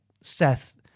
Seth